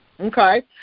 Okay